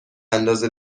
اندازه